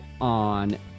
on